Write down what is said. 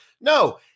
No